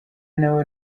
nawe